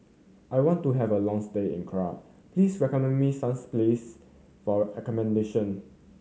I want to have a long stay in please recommend me some place for accommodation